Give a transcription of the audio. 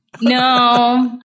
No